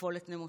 "נפולת נמושות".